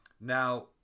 Now